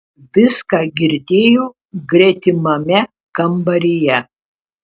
viską girdėjo gretimame kambaryje